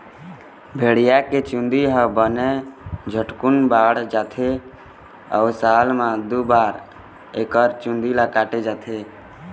भेड़िया के चूंदी ह बने झटकुन बाढ़त जाथे अउ साल म दू बार एकर चूंदी ल काटे जाथे